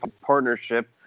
partnership